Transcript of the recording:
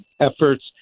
efforts